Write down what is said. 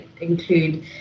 include